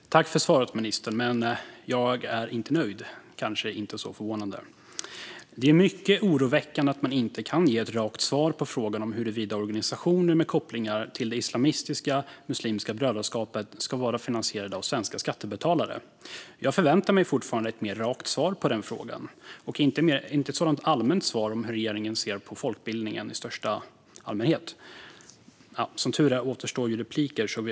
Fru talman! Tack för svaret, ministern! Men jag är inte nöjd. Det är kanske inte särskilt förvånande. Det är mycket oroväckande att man inte kan ge ett rakt svar på frågan huruvida organisationer med kopplingar till islamistiska Muslimska brödraskapet ska vara finansierade av svenska skattebetalare. Jag förväntar mig fortfarande ett mer rakt svar på den frågan, inte bara ett svar om hur regeringen ser på folkbildningen i största allmänhet. Som tur är återstår flera inlägg i denna debatt.